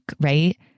right